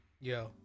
Yo